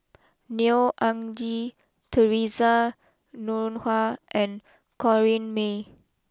Neo Anngee Theresa Noronha and Corrinne May